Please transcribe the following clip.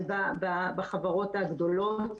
בחברות הגדולות.